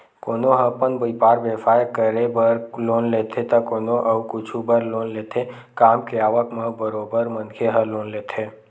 कोनो ह अपन बइपार बेवसाय करे बर लोन लेथे त कोनो अउ कुछु बर लोन लेथे काम के आवक म बरोबर मनखे ह लोन लेथे